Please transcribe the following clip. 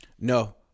No